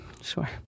sure